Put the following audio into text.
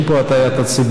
או אין פה הטעיית הציבור,